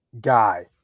guy